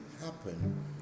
happen